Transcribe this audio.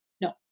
No